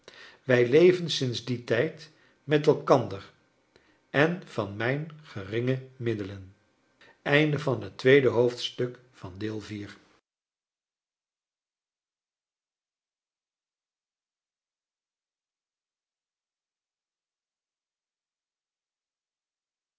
wij leefden sinds dien tijd met eikander en van mijn geringe middelen